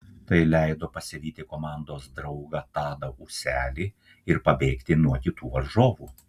tai leido pasivyti komandos draugą tadą ūselį ir pabėgti nuo kitų varžovų